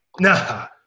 Nah